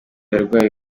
barwayi